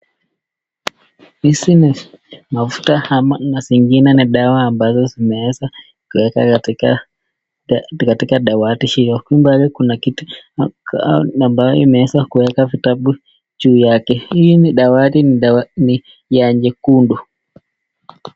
Hizi ni mafuta ama zingine ni dawa, ambazo zimeeza kuwekwa katika dawati hio, kando yake kuna kiti na bagi ambayo imeweza kuweka vitabu ndani yake, hii dawati ni ya nyekundu.